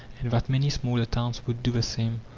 and that many smaller towns would do the same.